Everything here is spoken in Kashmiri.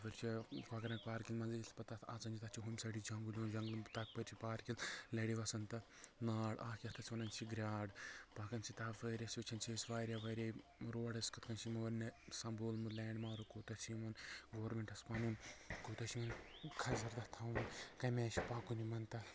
تَپٲرۍ چھِ کۄکَر ناگ پارکہِ منٛز ٲسۍ پَتہٕ تَتھ آژٲنی تَتھ چھِ ہُمہِ سایڈٕ جنگُل ہیوٗ جَنگلہٕ تَپٲرۍ چھِ پارکہِ لَرِ وَسان تہٕ ناڑ اَکھ یَتھ أسۍ وَنان چھِ گرٛاڈ پکان چھِ تَپٲرۍ أسۍ وٕچھان چھِ أسۍ واریاہ واریاہ روڈٕس کِتھ کٔنۍ چھِ مور نہِ سنٛبولمُت لینٛڈ مارٕک کوٗتاہ چھِ یِمَن گورمٮ۪نٛٹَس پَنُن کوٗتاہ چھِ یِمَن کھَجر تَتھ تھاوُن کَمہِ آیہِ چھِ پَکُن یِمَن تَتھ